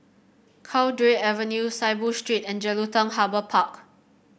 Cowdray Avenue Saiboo Street and Jelutung Harbour Park